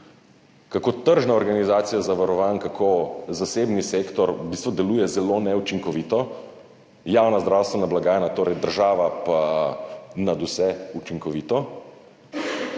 kako tržna organizacija zavarovanj, kako zasebni sektor v bistvu deluje zelo neučinkovito, javna zdravstvena blagajna, torej država, pa nadvse učinkovito.